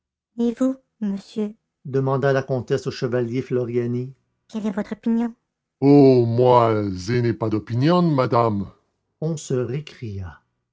et vous monsieur demanda la comtesse au chevalier floriani quelle est votre opinion oh moi je n'ai pas d'opinion madame on se récria